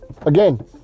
again